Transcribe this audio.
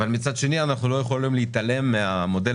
אבל מצד שני אנחנו לא יכולים להתעלם מהמודל